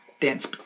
dance